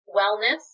wellness